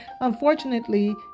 Unfortunately